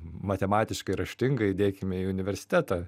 matematiškai raštinga įdėkime į universitetą